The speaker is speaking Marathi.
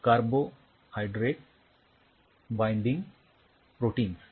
कार्बो हायड्रेट बाइंडिंग प्रोटिन्स